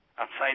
outside